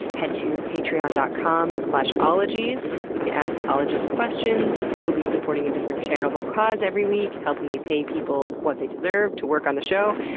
head to patreon dot com slash ologies. you can ask the ologists questions, you'll be supporting a different charitable cause every week, helping me pay people what they deserve to work on the show,